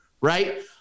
right